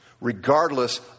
regardless